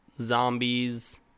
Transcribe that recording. zombies